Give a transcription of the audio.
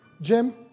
Jim